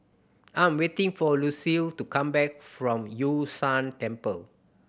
I am waiting for Lucile to come back from Yun Shan Temple